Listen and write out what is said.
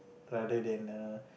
rather than a